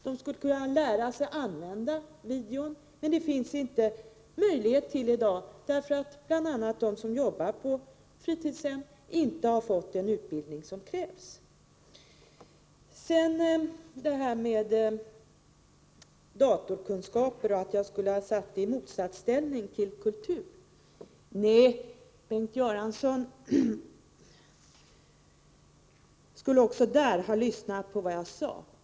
De skulle kunna lära sig använda videon, men det finns inte möjlighet till det i dag, bl.a. därför att de som jobbar på fritidshem inte har fått den utbildning som krävs. Bengt Göransson påstår att jag skulle ha satt datorkunskaper i motsatsställning till kultur. Nej, Bengt Göransson borde också där ha lyssnat på vad jag sade.